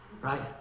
right